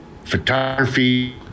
Photography